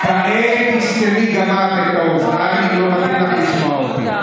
ואת כעת תסתמי גם את האוזניים אם לא מתאים לך לשמוע אותי.